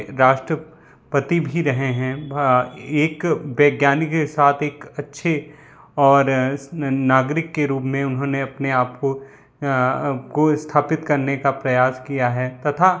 राष्ट्रपति भी रहे हैं एक वैज्ञानिक के साथ एक अच्छे और नागरिक के रूप में उन्होंने अपने आप को को स्थापित करने का प्रयास किया है तथा